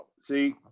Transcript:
see